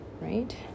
right